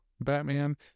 Batman